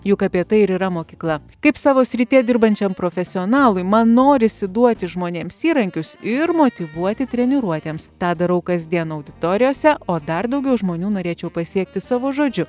juk apie tai ir yra mokykla kaip savo srityje dirbančiam profesionalui man norisi duoti žmonėms įrankius ir motyvuoti treniruotėms tą darau kasdien auditorijose o dar daugiau žmonių norėčiau pasiekti savo žodžiu